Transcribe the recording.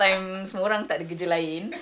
time semua orang tak ada kerja lain